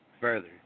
further